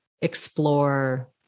explore